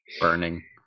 Burning